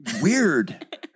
weird